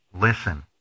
Listen